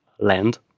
land